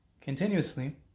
continuously